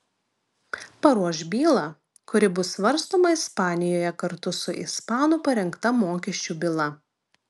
paruoš bylą kuri bus svarstoma ispanijoje kartu su ispanų parengta mokesčių byla